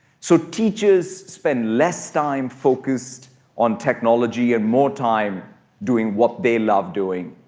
so, teachers spend less time focused on technology and more time doing what they love doing,